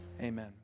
Amen